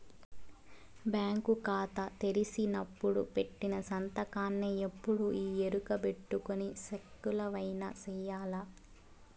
bank కాతా తెరిసినపుడు పెట్టిన సంతకాన్నే ఎప్పుడూ ఈ ఎరుకబెట్టుకొని సెక్కులవైన సెయ్యాల